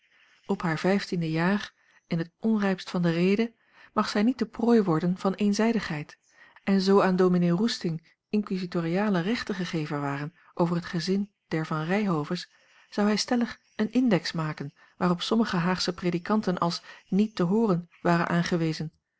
op haar vijftiende jaar in t onrijpst van de rede mag zij niet de prooi worden van eenzijdigheid en zoo aan ds roesting inquisitoriale rechten gegeven waren over het gezin der van ryhoves zou hij stellig een index maken waarop sommige haagsche predikanten als niet te hooren waren aangewezen